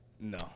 No